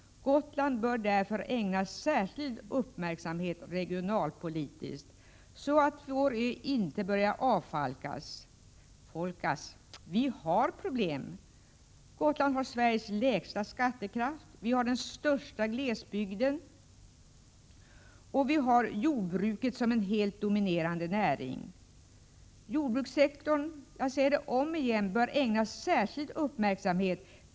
Därför bör Gotland ägnas särskild uppmärksamhet regionalpolitiskt, så att inte vår ö börjar avfolkas. Vi har problem. Gotland har Sveriges lägsta skattekraft och den största glesbygden. Jordbruket är den helt dominerande näringen. Jordbrukssektorn bör därför, det säger jag om igen, ägnas särskild uppmärksamhet.